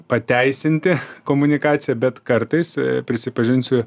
pateisinti komunikaciją bet kartais prisipažinsiu